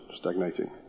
stagnating